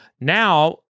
Now